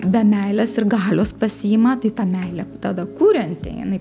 be meilės ir galios pasiima tai tą meilę tada kurianti jinai